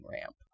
ramp